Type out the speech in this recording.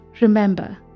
remember